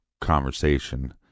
conversation